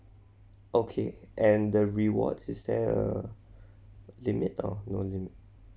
okay and the rewards is there err limit or no limit